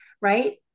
right